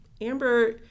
Amber